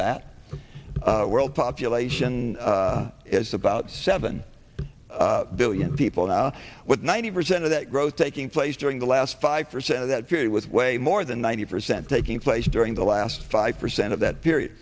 that world population is about seven billion people now with ninety percent of that growth taking place during the last five percent of that period with way more than ninety percent king place during the last five percent of that period